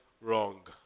wrong